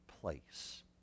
place